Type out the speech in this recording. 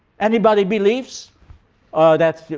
anybody believes ah that?